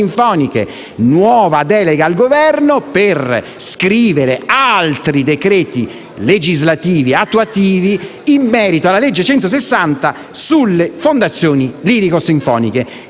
nuova delega al Governo per scrivere altri decreti legislativi attuativi in merito alla legge n. 160 del 2016, sulle fondazioni lirico-sinfoniche.